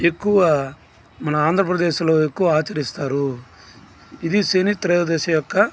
ఎక్కువ మన ఆంధ్రప్రదేశ్ లో ఎక్కువ ఆచరిస్తారు ఇది శనిత్రయోదశి యొక్క